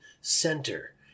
Center